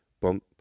bump